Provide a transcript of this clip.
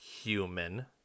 human